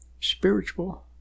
spiritual